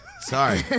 Sorry